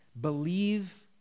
believe